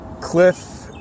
Cliff